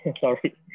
sorry